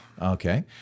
Okay